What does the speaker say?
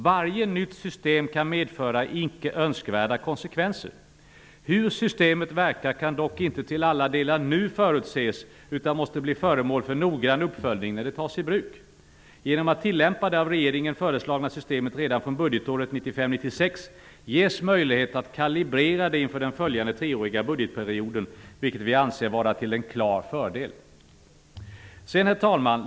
Varje nytt system kan medföra icke önskvärda konsekvenser. Hur systemet verkar kan dock inte till alla delar förutses nu, utan detta måste bli föremål för noggrann uppföljning när det tas i bruk. Genom att tillämpa det av regeringen föreslagna systemet redan från budgetåret 1995/96 ges möjlighet att kalibrera det inför den följande treåriga budgetperioden, vilket vi anser vara till en klar fördel. Herr talman!